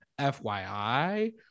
fyi